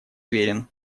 верен